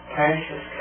precious